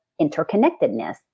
interconnectedness